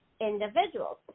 individuals